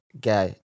guy